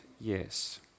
yes